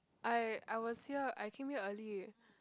I I was here I came here early